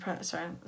sorry